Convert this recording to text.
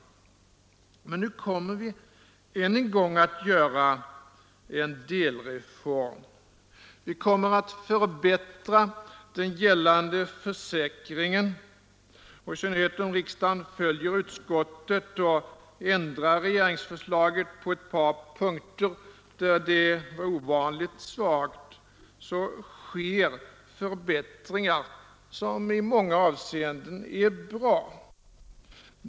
Men nu kommer vi att än en gång genomföra en delreform. Vi kommer att förbättra den gällande försäkringen, och i synnerhet om riksdagen följer utskottet och ändrar regeringsförslaget på ett par punkter, där detta är ovanligt svagt, blir det förbättringar som i många avseenden är riktigt bra.